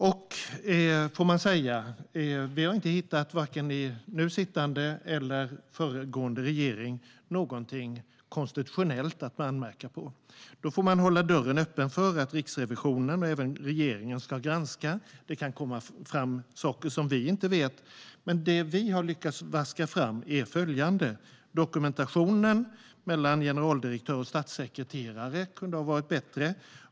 Vi har inte funnit något konstitutionellt att anmärka på vare sig när det gäller nu sittande eller föregående regering. Då får man hålla dörren öppen för att Riksrevisionen och även regeringen ska granska. Det kan komma fram saker som vi inte vet. Det som vi har lyckats vaska fram är följande. Dokumentationen mellan generaldirektör och statssekreterare kunde ha varit bättre.